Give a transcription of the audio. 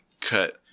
cut